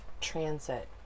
transit